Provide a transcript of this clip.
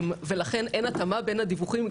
לכן אין התאמה בין הדיווחים.